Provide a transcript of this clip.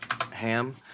ham